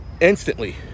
Instantly